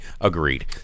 Agreed